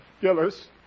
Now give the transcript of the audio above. Gillis